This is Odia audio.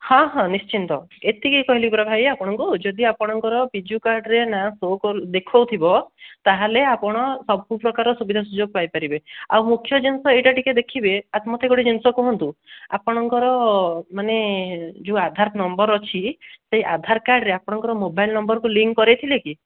ହଁ ହଁ ନିଶ୍ଚିନ୍ତ ଏତିକି କହିଲି ପରା ଭାଇ ଆପଣଙ୍କୁ ଯଦି ଆପଣଙ୍କର ବିଜୁ କାର୍ଡ଼୍ରେ ନାଁ ସୋ କରୁ ଦେଖାଉଥିବ ତା'ହେଲେ ଆପଣ ସବୁ ପ୍ରକାର ସୁବିଧା ସୁଯୋଗ ପାଇପାରିବେ ଆଉ ମୁଖ୍ୟ ଜିନିଷ ଏଇଟା ଟିକିଏ ଦେଖିବେ ମୋତେ ଗୋଟେ ଜିନିଷ କୁହନ୍ତୁ ଆପଣଙ୍କର ମାନେ ଯେଉଁ ଆଧାର ନମ୍ବର୍ ଅଛି ସେହି ଆଧାର କାର୍ଡ଼ରେ ଆପଣଙ୍କର ମୋବାଇଲ୍ ନମ୍ବର୍କୁ ଲିଙ୍କ୍ କରାଇଥିଲେ କି